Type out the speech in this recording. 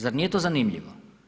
Zar nije to zanimljivo?